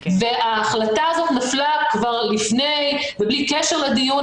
וההחלטה הזאת נפלה כבר לפני ובלי קשר לדיון,